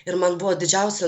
ir man buvo didžiausia